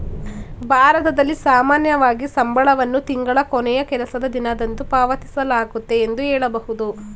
ಭಾರತದಲ್ಲಿ ಸಾಮಾನ್ಯವಾಗಿ ಸಂಬಳವನ್ನು ತಿಂಗಳ ಕೊನೆಯ ಕೆಲಸದ ದಿನದಂದು ಪಾವತಿಸಲಾಗುತ್ತೆ ಎಂದು ಹೇಳಬಹುದು